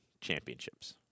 championships